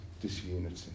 disunity